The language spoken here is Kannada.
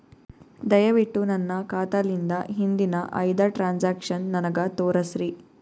ದಯವಿಟ್ಟು ನನ್ನ ಖಾತಾಲಿಂದ ಹಿಂದಿನ ಐದ ಟ್ರಾಂಜಾಕ್ಷನ್ ನನಗ ತೋರಸ್ರಿ